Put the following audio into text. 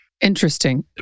Interesting